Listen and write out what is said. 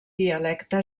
dialecte